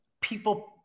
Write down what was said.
people